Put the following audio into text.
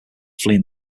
fleeing